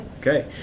Okay